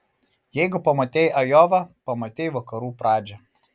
jeigu pamatei ajovą pamatei vakarų pradžią